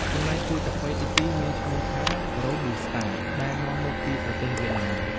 ចំណែក ពូជកាហ្វេទីពីរមានឈ្មោះ Robusta ដែលនាំមកពីប្រទេសវៀតណាម។